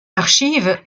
archives